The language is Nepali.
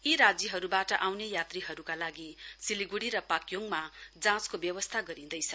यी राज्यहरुबाट आउन यात्रीहरूका लागि सिलिगुडी र पाक्योङमा जाँचको व्यवस्था गरिँदैछ